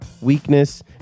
weakness